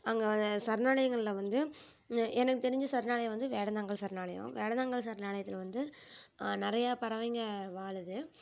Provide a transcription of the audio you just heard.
அங்கே சரணாலயங்கள்ல வந்து எனக்கு தெரிஞ்சு சரணாலயம் வந்து வேடந்தாங்கல் சரணாலயம் வேடந்தாங்கல் சரணாலயத்துல வந்து நிறையா பறவைங்கள் வாழுது